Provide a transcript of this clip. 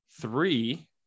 three